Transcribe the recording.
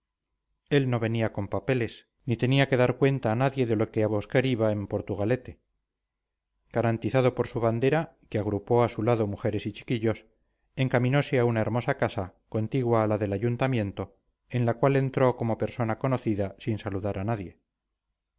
él no venía con papeles ni tenía que dar cuenta a nadie de lo que a buscar iba en portugalete garantizado por su bandera que agrupó a su lado mujeres y chiquillos encaminose a una hermosa casa contigua a la del ayuntamiento en la cual entró como persona conocida sin saludar a nadie